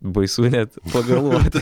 baisu net pagalvot